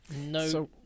No